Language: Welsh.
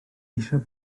eisiau